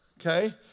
okay